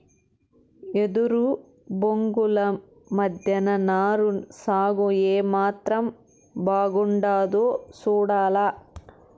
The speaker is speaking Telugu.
ఎదురు బొంగుల మద్దెన నారు సాగు ఏమాత్రం బాగుండాదో సూడాల